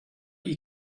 you